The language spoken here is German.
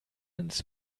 ins